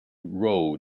row